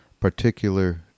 particular